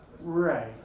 Right